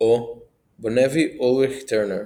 או Bonnevie-Ulrich-Turner